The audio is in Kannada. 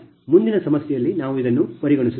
ಮುಂದಿನ ಸಮಸ್ಯೆಯಲ್ಲಿ ನಾವು ಇದನ್ನು ಪರಿಗಣಿಸುತ್ತೇವೆ